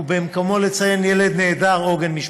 ובמקומו לציין "ילד נעדר עוגן משפחתי".